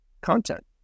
content